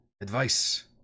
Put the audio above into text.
advice